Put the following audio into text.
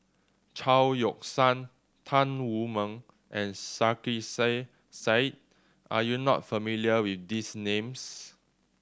Chao Yoke San Tan Wu Meng and Sarkasi Said are you not familiar with these names